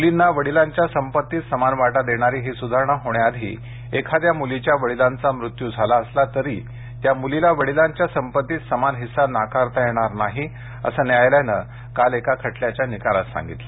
मुलींना वडिलांच्या संपत्तीत समान वाटा देणारी ही सुधारणा होण्याआधी एखाद्या मुलीच्या वडिलांचा मृत्यू झाला असला तरी त्या मुलीला वडिलांच्या संपत्तीत समान हिस्सा नाकारता येणार नाही असं न्यायालयानं काल एका खटल्याच्या निकालात सांगितलं